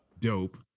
Dope